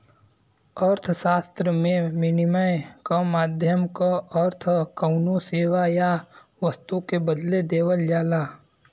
अर्थशास्त्र में, विनिमय क माध्यम क अर्थ कउनो सेवा या वस्तु के बदले देवल जाला